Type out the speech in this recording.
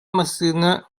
массыына